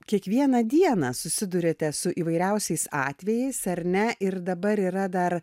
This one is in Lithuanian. kiekvieną dieną susiduriate su įvairiausiais atvejais ar ne ir dabar yra dar